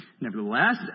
Nevertheless